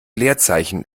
leerzeichen